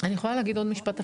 יכולה להגיד עוד משפט אחד?